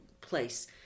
place